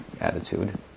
attitude